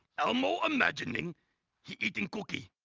elmo imagining he eating cookie.